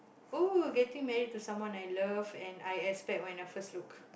oh getting married to someone I love and I expect when I first look